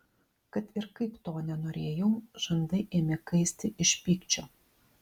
kad ir kaip to nenorėjau žandai ėmė kaisti iš pykčio